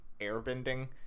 airbending